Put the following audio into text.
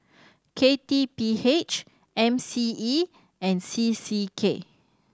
K T P H M C E and C C K